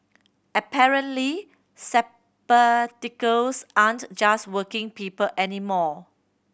apparently sabbaticals aren't just working people anymore